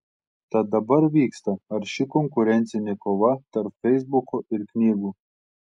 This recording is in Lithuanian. tad dabar vyksta arši konkurencinė kova tarp feisbuko ir knygų